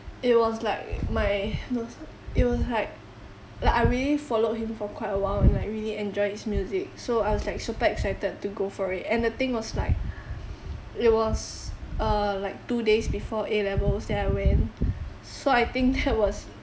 it was like err my it was like like I really followed him for quite a while like really enjoyed his music so I was like super excited to go for it and the thing was like it was err like two days before A levels then I went so I think that was